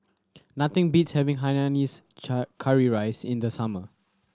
nothing beats having hainanese curry rice in the summer